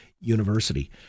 University